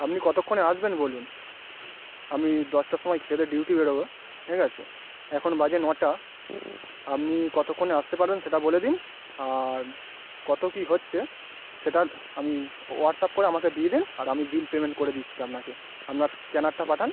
আপনি কতক্ষণে আসবেন বলুন আমি দশটার সময় খেয়েদেয়ে ডিউটি বেরোবো ঠিক আছে এখন বাজে নটা আপনি কতক্ষণে আসতে পারবেন সেটা বলে দিন আর কত কী হচ্ছে সেটা আমি হোয়াটসঅ্যাপ করে আমাদের দিয়ে দিন আর আমি বিল পেমেন্ট করে দিচ্ছি আপনাকে আপনার স্ক্যানারটা পাঠান